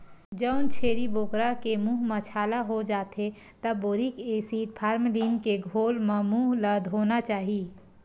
जउन छेरी बोकरा के मूंह म छाला हो जाथे त बोरिक एसिड, फार्मलीन के घोल म मूंह ल धोना चाही